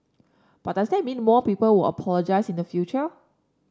but does that mean more people will apologise in the future